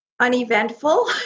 uneventful